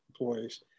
employees